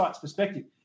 perspective